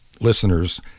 listeners